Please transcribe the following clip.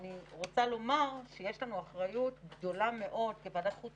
אני רוצה לומר שיש לנו אחריות גדולה מאוד כוועדת החוץ